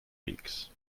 leaks